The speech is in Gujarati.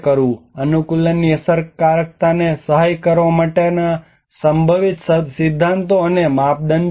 અનુકૂલનની અસરકારકતાને સહાય કરવા માટેના સંભવિત સિદ્ધાંતો અથવા માપદંડો શું છે